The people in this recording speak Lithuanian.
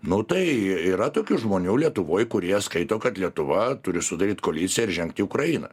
nu tai yra tokių žmonių lietuvoj kurie skaito kad lietuva turi sudaryt koaliciją ir žengt į ukrainą